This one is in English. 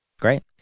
Great